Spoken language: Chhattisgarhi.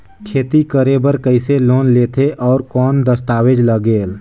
खेती करे बर कइसे लोन लेथे और कौन दस्तावेज लगेल?